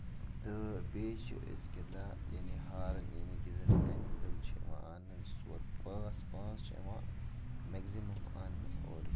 تہٕ بیٚیہِ چھِ أسۍ گِندان یعنے ہارٕ یعنے کہِ کَنہِ پھٔلۍ چھِ یِوان اَننہٕ زٕ ژور پانژھ پانژھ چھِ یِوان میکزِمم اَننہٕ اورٕ